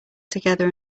together